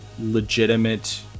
legitimate